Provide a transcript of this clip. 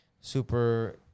super